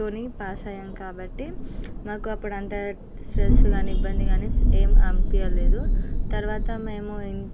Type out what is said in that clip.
తోనే పాస్ అయ్యాము కాబట్టి నాకు అప్పుడు అంతా స్ట్రెస్ కానీ ఇబ్బంది కానీ ఏమీ అనిపించలేదు తరువాత మేము